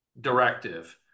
directive